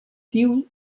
tiu